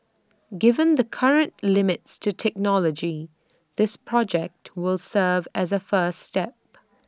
given the current limits to technology this project would serve as A first step